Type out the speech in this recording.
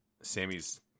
Sammy's